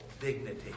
dignity